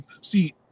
See